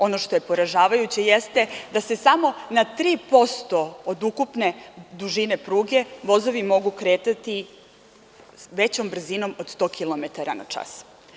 Ono što je poražavajuće jeste da se samo na 3% od ukupne dužine pruge vozovi mogu kretati većom brzinom od 100 kilometara na čas.